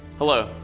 hello,